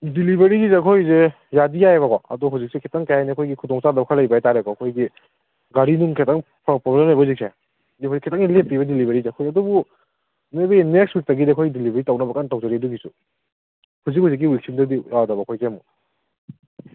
ꯗꯦꯂꯤꯕꯔꯤꯒꯤꯁꯦ ꯑꯩꯈꯣꯏꯁꯦ ꯌꯥꯗꯤ ꯌꯥꯏꯕꯀꯣ ꯑꯗꯣ ꯍꯧꯖꯤꯛꯁꯦ ꯈꯤꯇꯪ ꯀꯔꯤ ꯍꯥꯏꯅꯤ ꯑꯩꯈꯣꯏꯒꯤ ꯈꯨꯗꯣꯡ ꯆꯥꯗꯕ ꯈꯔ ꯂꯩꯕ ꯍꯥꯏꯇꯥꯔꯦꯀꯣ ꯑꯩꯈꯣꯏꯒꯤ ꯒꯥꯔꯤꯅꯨꯡ ꯈꯤꯇꯪ ꯄ꯭ꯔꯣꯕ꯭ꯂꯦꯝ ꯂꯩꯕ ꯍꯧꯖꯤꯛꯁꯦ ꯗꯦꯂꯤꯕꯔꯤ ꯈꯤꯇꯪ ꯂꯦꯞꯄꯤꯕ ꯗꯦꯂꯤꯕꯔꯤꯗꯣ ꯇꯧꯕꯇꯕꯨ ꯃꯦꯕꯤ ꯅꯦꯛꯁ ꯋꯤꯛꯇꯒꯤꯗꯤ ꯑꯩꯈꯣꯏ ꯗꯦꯂꯤꯕꯔꯤ ꯇꯧꯅꯕ ꯀꯟ ꯇꯧꯖꯔꯤ ꯑꯗꯨꯒꯤꯁꯨ ꯍꯧꯖꯤꯛ ꯍꯧꯖꯤꯛꯀꯤ ꯋꯤꯛꯁꯤꯗꯗꯤ ꯌꯥꯗꯕ ꯑꯩꯈꯣꯏꯁꯦ ꯑꯃꯨꯛ